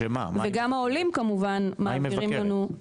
וגם העולים כמובן מעבירים לנו --- מה היא מבקרת?